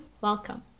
welcome